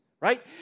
right